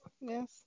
yes